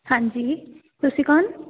ਹਾਂਜੀ ਤੁਸੀਂ ਕੌਣ